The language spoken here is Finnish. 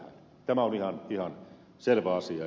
tämä on ihan selvä asia